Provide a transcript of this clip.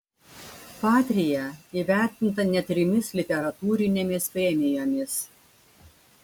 patria įvertinta net trimis literatūrinėmis premijomis